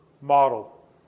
model